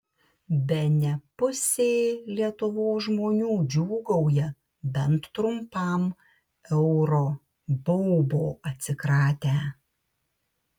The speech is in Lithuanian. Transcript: bene pusė lietuvos žmonių džiūgauja bent trumpam euro baubo atsikratę